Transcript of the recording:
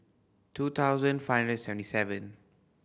two thousand five and seventy seven